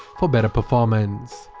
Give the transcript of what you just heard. for better performance,